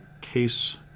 case